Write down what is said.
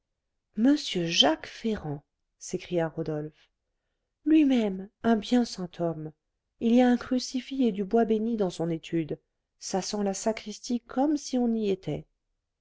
m jacques ferrand s'écria rodolphe lui-même un bien saint homme il y a un crucifix et du bois bénit dans son étude ça sent la sacristie comme si on y était